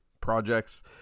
projects